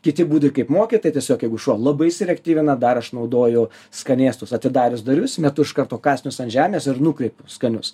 kiti būdai kaip mokyt tai tiesiog jeigu šuo labai įsireaktyvina dar aš naudoju skanėstus atidaręs duris metu iš karto kąsnius ant žemės ir nukreipiu skanius